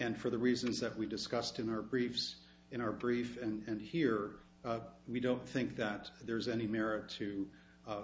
and for the reasons that we discussed in our briefs in our brief and here we don't think that there's any merit to